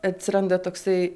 atsiranda toksai